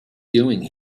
doing